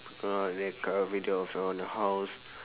uh record a video of your own house